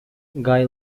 guy